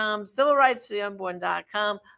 CivilRightsForTheUnborn.com